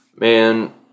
Man